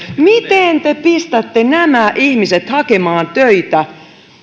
miten te pistätte nämä ihmiset hakemaan töitä